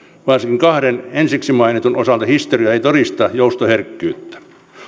varsinkin kahden ensiksi mainitun osalta historia ei todista joustoherkkyyttä